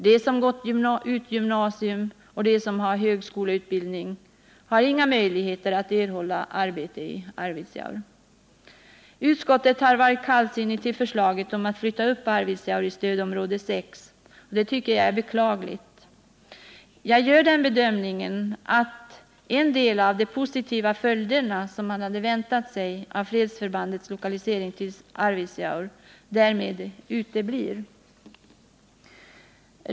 De som gått ut gymnasium och de som har högskoleutbildning har inga möjligheter att få arbete i Arvidsjaur. stödområde 6, och det är beklagligt. Jag gör den bedömningen att en del av de positiva följderna, som man hade väntat sig av fredsförbandets lokalisering till Arvidsjaur, därvid uteblir.